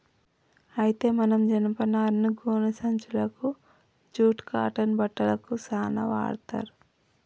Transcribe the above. అయితే మనం జనపనారను గోనే సంచులకు జూట్ కాటన్ బట్టలకు సాన వాడ్తర్